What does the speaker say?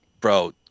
bro